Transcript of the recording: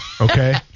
okay